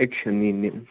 action نِنہٕ